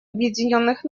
объединенных